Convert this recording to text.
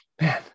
man